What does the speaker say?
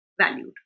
Valued